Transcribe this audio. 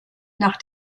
nach